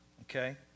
Okay